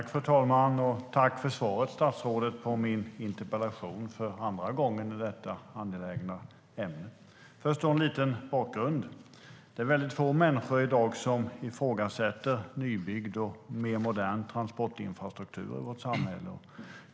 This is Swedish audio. Fru talman! Jag tackar statsrådet för svaret på min andra interpellation i detta angelägna ämne. Jag ska först ge en liten bakgrund. Det är få människor i dag som ifrågasätter nybyggd och mer modern transportinfrastruktur i vårt samhälle.